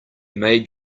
made